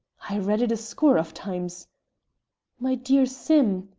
i read it a score of times my dear sim!